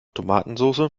tomatensoße